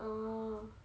oh